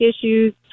issues